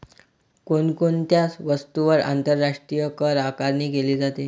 कोण कोणत्या वस्तूंवर आंतरराष्ट्रीय करआकारणी केली जाते?